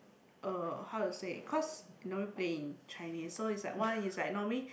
uh how to say cause never play in Chinese so it's like one is like normally